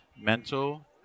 Mental